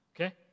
Okay